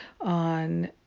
on